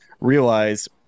realize